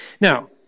Now